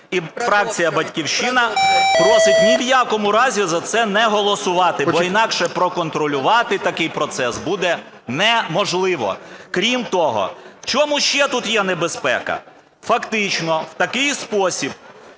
і фракція "Батьківщина" просить ні в якому разі за це не голосувати, бо інакше проконтролювати такий процес буде неможливо. Крім того, в чому ще тут є небезпека? Фактично в такий спосіб,